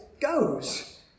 goes